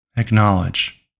Acknowledge